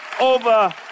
over